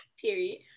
period